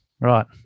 right